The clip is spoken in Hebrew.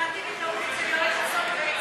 ברית הזוגיות האזרחית, התשע"ו 2016,